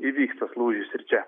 įvyks tas lūžis ir čia